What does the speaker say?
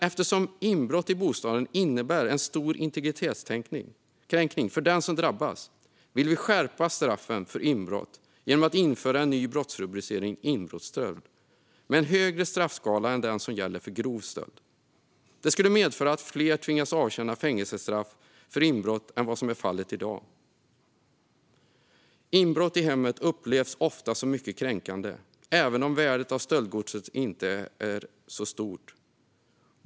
Eftersom inbrott i bostaden innebär en stor integritetskränkning för den som drabbas vill vi skärpa straffen för inbrott genom att införa en ny brottsrubricering - inbrottsstöld - med en högre straffskala än den som gäller för grov stöld. Det skulle medföra att fler tvingas avtjäna fängelsestraff för inbrott än vad som i dag är fallet. Ett inbrott i hemmet upplevs ofta som mycket kränkande, även om värdet av stöldgodset inte är så stort.